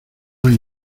hay